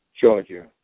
Georgia